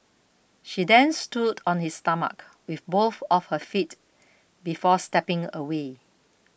she then stood on his stomach with both of her feet before stepping away